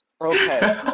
okay